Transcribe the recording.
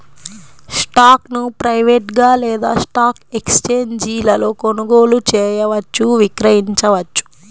స్టాక్ను ప్రైవేట్గా లేదా స్టాక్ ఎక్స్ఛేంజీలలో కొనుగోలు చేయవచ్చు, విక్రయించవచ్చు